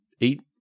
eight